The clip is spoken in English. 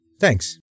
Thanks